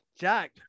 Jack